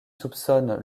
soupçonnent